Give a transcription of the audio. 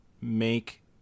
make